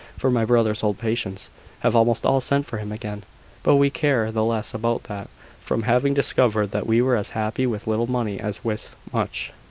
for my brother's old patients have almost all sent for him again but we care the less about that from having discovered that we were as happy with little money as with much.